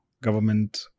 government